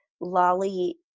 Lolly